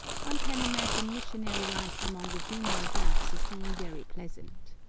one can imagine missionary life among the genial japs as being very pleasant.